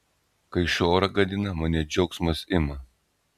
kai šuo orą gadina mane džiaugsmas ima